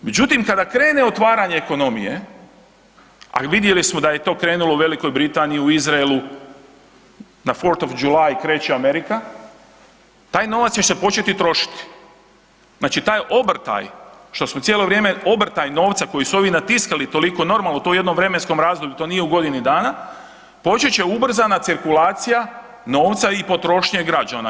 Međutim, kada krene otvaranje ekonomije, a vidjeli smo da je to krenulo u Velikoj Britaniji, u Izraelu, na 4th od July kreće Amerika, taj novac će se početi trošiti, znači taj obrtaj što smo cijelo vrijeme, obrtaj novca koji su ovi natiskali toliko normalno u tom jednom vremenskom razdoblju, to nije u godini dana, počet će ubrzana cirkulacija novca i potrošnje građana.